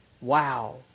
Wow